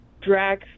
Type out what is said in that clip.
drag